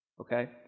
okay